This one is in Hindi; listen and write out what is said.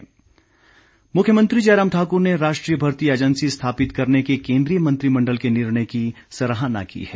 मुख्यमंत्री मुख्यमंत्री जयराम ठाकुर ने राष्ट्रीय भर्ती एजेंसी स्थापित करने के केंद्रीय मंत्रिमण्डल के निर्णय की सराहना की है